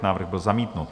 Návrh byl zamítnut.